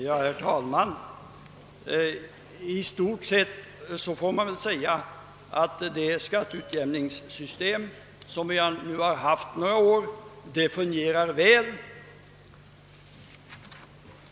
Herr talman! I stort sett får man säga att det utjämningssystem som vi tillämpat några år fungerar väl.